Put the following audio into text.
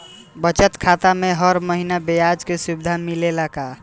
बचत खाता में हर महिना ब्याज के सुविधा मिलेला का?